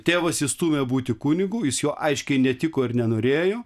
tėvas jį stūmė būti kunigu jis juo aiškiai netiko ir nenorėjo